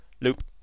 Loop